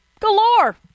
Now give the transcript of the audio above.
galore